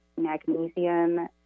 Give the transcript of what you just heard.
magnesium